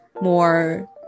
more